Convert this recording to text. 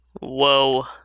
Whoa